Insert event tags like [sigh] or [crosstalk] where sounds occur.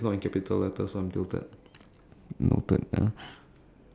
so topic attempt baam alright [breath]